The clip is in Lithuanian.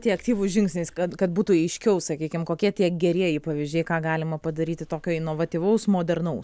tie aktyvūs žingsniai kad kad būtų aiškiau sakykim kokie tie gerieji pavyzdžiai ką galima padaryti tokio inovatyvaus modernaus